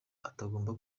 atagomba